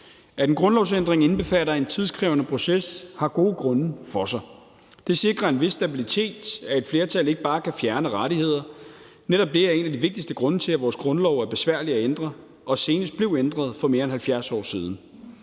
At en grundlovsændring indbefatter en tidskrævende proces, har gode grunde for sig. Det sikrer en vis stabilitet, at et flertal ikke bare kan fjerne rettigheder. Netop det er en af de vigtigste grunde til, at vores grundlag er besværlig at ændre og senest blev ændret for mere end 70 år siden.